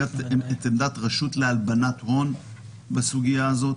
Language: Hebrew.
גם את עמדת הרשות לאיסור הלבנת הון בסוגיה הזאת,